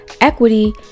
equity